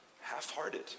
half-hearted